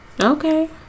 okay